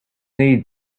need